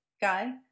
guy